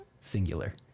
Singular